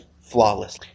flawless